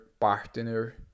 partner